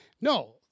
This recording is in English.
no